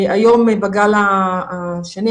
היום בגל השני,